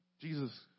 Jesus